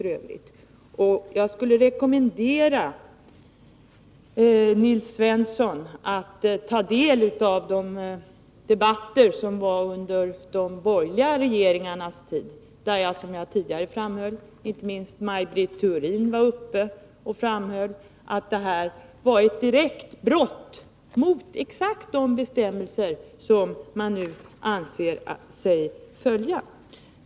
Jag skulle vilja rekommendera Nils Svensson att ta del av debatter som har förts under de borgerliga regeringarnas tid. Där framhöll inte minst Maj Britt Theorin — som jag tidigare påpekat — att detta var ett direkt brott mot exakt de bestämmelser som man nu anser sig följa.